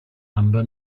number